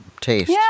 taste